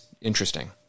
interesting